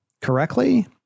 correctly